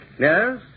Yes